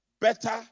Better